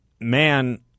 man